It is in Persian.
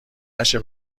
نشه